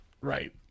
Right